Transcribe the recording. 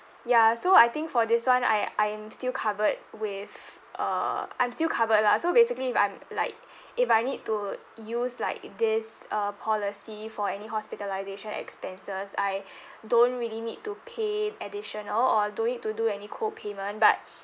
ya so I think for this [one] I I'm still covered with uh I'm still covered lah so basically if I'm like if I need to use like this uh policy for any hospitalisation expenses I don't really need to pay additional or don't need to do any co-payment but